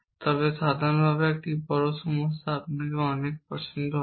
তবে সাধারণভাবে একটি বড় সমস্যা আপনার পরে অনেক পছন্দ হবে